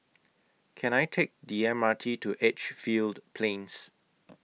Can I Take The M R T to Edgefield Plains